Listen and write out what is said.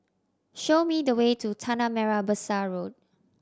show me the way to Tanah Merah Besar Road